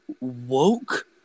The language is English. woke